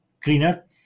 cleaner